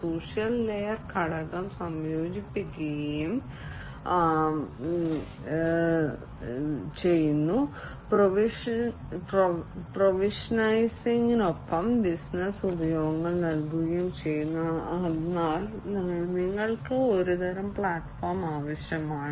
social layer ഘടകം സംയോജിപ്പിക്കുകയും സംയോജിപ്പിക്കുകയും ചെയ്യുന്നു പ്രൊവിഷനിംഗിനൊപ്പം ബിസിനസ്സ് ഉപയോഗങ്ങൾ നൽകുകയും ചെയ്യുന്നു എന്നാൽ നിങ്ങൾക്ക് ഒരു തരം പ്ലാറ്റ്ഫോം ആവശ്യമാണ്